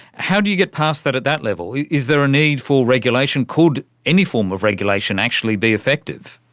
how do you get past that at that level? is there a need for regulation? could any form of regulation actually be effective?